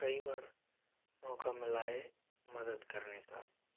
कई बार मौका मिला है मदद करने का